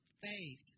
faith